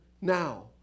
now